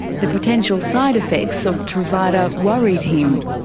the potential side effects of truvada worried him.